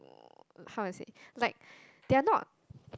um how do I say like they are now